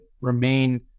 remain